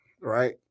right